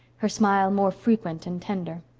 her smile more frequent and tender.